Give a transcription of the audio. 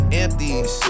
empties